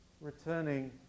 returning